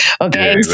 Okay